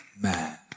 man